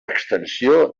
extensió